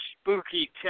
spooky